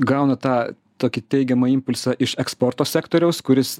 gauna tą tokį teigiamą impulsą iš eksporto sektoriaus kuris